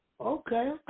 Okay